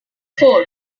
four